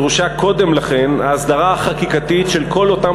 דרושה קודם לכן ההסדרה החקיקתית של כל אותם